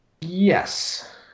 Yes